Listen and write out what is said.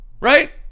right